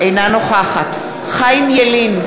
אינה נוכחת חיים ילין,